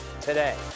today